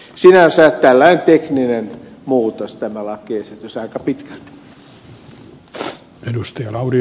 sinänsä tällainen tekninen muutos tämä lakiesitys on aika pitkälti